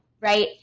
right